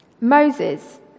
Moses